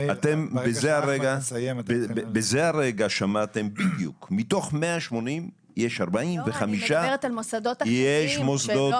אתם בזה הרגע שמעתם בדיוק מתוך 180 יש 40. יש מוסדות גריאטריים.